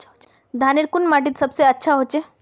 धानेर कुन माटित सबसे अच्छा होचे?